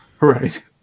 Right